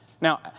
Now